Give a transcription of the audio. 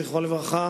זכרו לברכה,